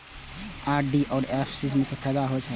RD और FD के का फायदा हौला?